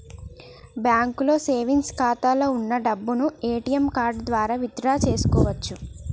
బ్యాంకులో సేవెంగ్స్ ఖాతాలో వున్న డబ్బును ఏటీఎం కార్డు ద్వారా విత్ డ్రా చేసుకోవచ్చు